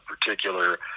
particular